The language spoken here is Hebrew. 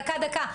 דקה,